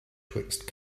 twixt